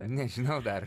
nežinau dar